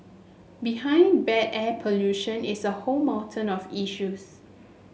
behind bad air pollution is a whole mountain of issues